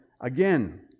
Again